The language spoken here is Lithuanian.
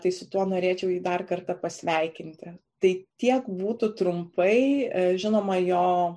tai su tuo norėčiau jį dar kartą pasveikinti tai tiek būtų trumpai žinoma jo